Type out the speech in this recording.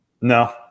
No